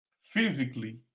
physically